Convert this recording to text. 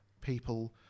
people